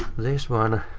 this one.